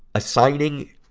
assigning,